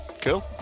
Cool